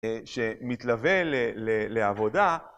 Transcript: שמתלווה לעבודה.